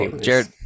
Jared